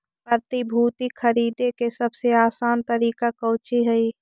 प्रतिभूति खरीदे के सबसे आसान तरीका कउची हइ